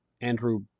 Andrew